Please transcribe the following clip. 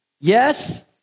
yes